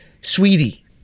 sweetie